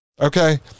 okay